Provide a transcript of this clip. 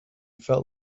felt